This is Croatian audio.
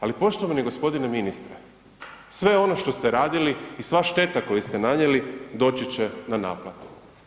Ali, poštovani g. ministre, sve ono što ste radili i sva šteta koju ste nanijeli, doći će na naplatu.